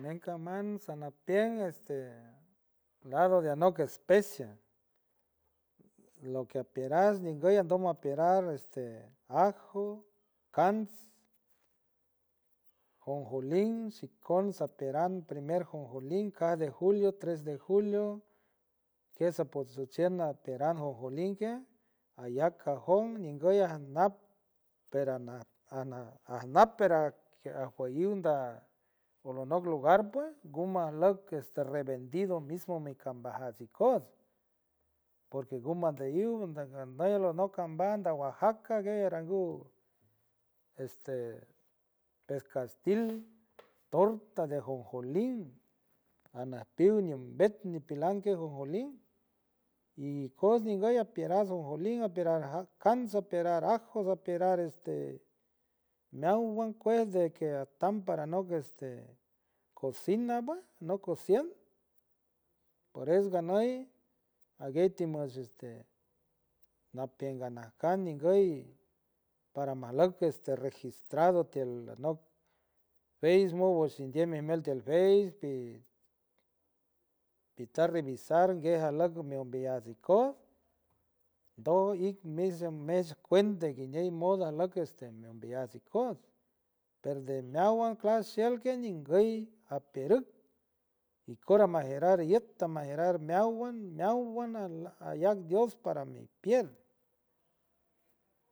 Nem camant samapient este lado de anock especia lo que apierast nguy ando mapierast este ajo kants jonjolin xikon sapierant primer jonjolin cade julio tres de julio, quiets a pochuceno atieran jonjolin que aya cajón nguy ajanap pero aj nap pero ajiollow da folonoc lugar pue gumaj lock este revendido mismo micambajats ikoots por que guma endelluw endeganu o no cambat andoc oaxaca guey arangu este pescatil torta de ajonjolin ajnajpiu ñinbiet nipilan que ajonjolin ñi ikoots nguy apierants ajonjolin, apierants kants, apierants ajo, apierant este meowan cuej de que atam paranoc este cocina pue no cocien por eso ganuy aguey ti mish este napeonan kants nguy paraj maloc este registrado tiel anock facebook washindei mi miel tiel face di ti tar revisar alock mi umbeyuts ikoots tow jik jis mi mesh cuente guñiej moda a loock este mi umbeyuts ikoots pero de meowan clal shielquen ninguy ampearuck micor ambajerar yut ambajerat meowan, meowan alack dios para mi pier.